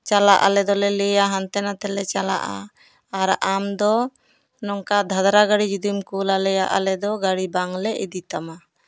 ᱪᱟᱞᱟᱜ ᱟᱞᱮ ᱫᱚᱞᱮ ᱞᱟᱹᱭᱟ ᱦᱟᱱᱛᱮ ᱱᱟᱛᱮ ᱞᱮ ᱪᱟᱞᱟᱜᱼᱟ ᱟᱨ ᱟᱢ ᱫᱚ ᱱᱚᱝᱠᱟ ᱫᱷᱟᱫᱽᱨᱟ ᱜᱟᱹᱰᱤ ᱡᱩᱫᱤᱢ ᱠᱩᱞ ᱟᱞᱮᱭᱟ ᱛᱟᱦᱞᱮ ᱟᱞᱮ ᱫᱚ ᱜᱟᱹᱰᱤ ᱵᱟᱝᱞᱮ ᱤᱫᱤ ᱛᱟᱢᱟ